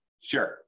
Sure